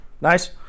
Nice